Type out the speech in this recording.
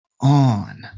on